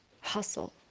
hustle